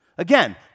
Again